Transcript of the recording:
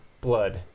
blood